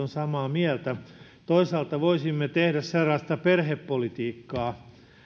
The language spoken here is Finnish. samaa mieltä toisaalta voisimme tehdä sellaista perhepolitiikkaa